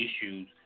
issues